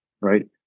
right